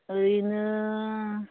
ओरैनो